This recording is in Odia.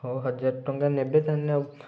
ହଉ ହଜାର ଟଙ୍କା ନେବେ ତା'ହାଲେ ଆଉ